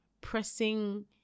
pressing